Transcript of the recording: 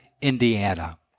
Indiana